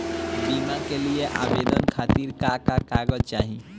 बीमा के लिए आवेदन खातिर का का कागज चाहि?